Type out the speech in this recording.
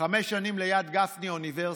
חמש שנים ליד גפני, אוניברסיטה.